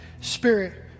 Spirit